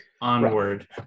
onward